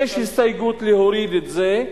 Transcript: יש הסתייגות להוריד את זה.